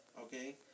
okay